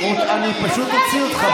אני פשוט אוציא אותך.